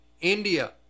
India